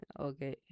okay